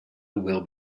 will